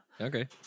Okay